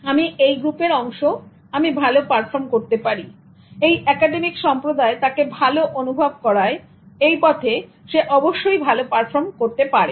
আমি এই গ্রুপের অংশ আমি ভালো পারফর্ম করতে পারি যদি এই একাডেমিক সম্প্রদায় তাকে ভালো অনুভব করায় এই পথে সে অবশ্যই ভালো পারফর্ম করতে পারবে